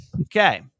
okay